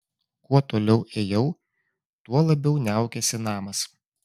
kuo toliau ėjau tuo labiau niaukėsi namas